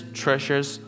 treasures